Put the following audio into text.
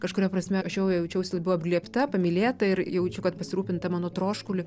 kažkuria prasme aš jau jaučiausi buvo apglėbta pamylėta ir jaučiu kad pasirūpinta mano troškuliu